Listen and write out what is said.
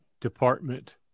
department